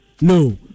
no